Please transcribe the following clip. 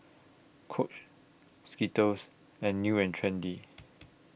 Coach Skittles and New and Trendy